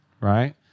right